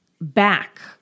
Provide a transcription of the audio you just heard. back